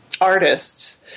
artists